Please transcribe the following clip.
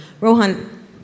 Rohan